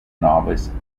novice